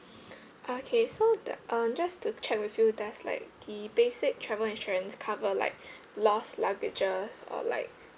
okay so the uh just to check with you does like the basic travel insurance cover like lost luggages or like